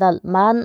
lman.